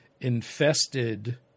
infested